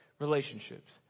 relationships